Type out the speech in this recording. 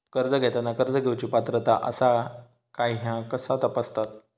कर्ज घेताना कर्ज घेवची पात्रता आसा काय ह्या कसा तपासतात?